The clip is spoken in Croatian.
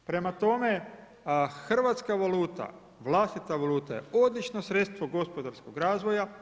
Prema tome, Hrvatska valuta, vlastita valuta je odlično sredstvo gospodarskog razvoja.